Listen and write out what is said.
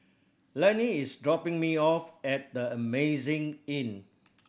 Lenny is dropping me off at The Amazing Inn